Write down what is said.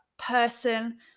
person